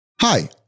Hi